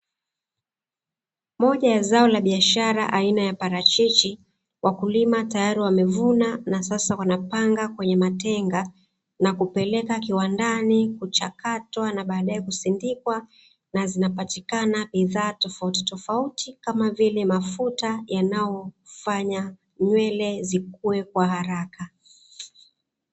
Moja ya zao la biashara aina ya palachichi wakulima, tayari wamevuna na sasa wanapanga kwenye matenga na kupeleka kiwandani kuchakatwa na baadae kusindikwa na zinapatikana bidhaa tofauti tofauti kamavile mafuta yanayofanya nywele zikue kwa haraka.